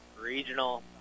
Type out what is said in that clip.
Regional